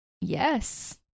Yes